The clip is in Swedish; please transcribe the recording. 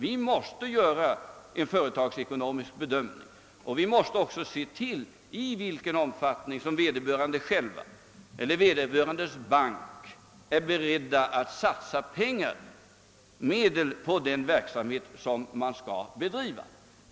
Vi måste alltid göra en företagsekonomisk bedömning och se efter i vilken omfattning företaget självt eller dess bank är beredda att satsa medel på den verksamhet man vill bedriva.